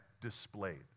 displayed